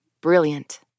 Brilliant